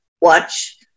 watch